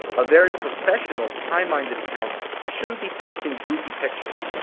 a very professional high-minded account shouldn't be posting goofy pictures,